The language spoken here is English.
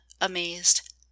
amazed